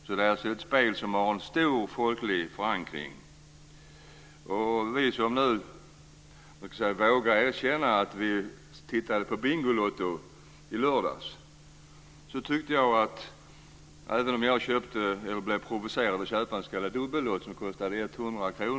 Det är alltså ett spel som har en stor folklig förankring. Jag vågar erkänna att jag tittade på Bingolotto i lördags. Jag blev provocerad att köpa en s.k. dubbellott som kostade 100 kr.